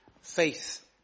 faith